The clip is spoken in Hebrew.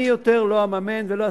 אני יותר לא אממן ולא אעשה.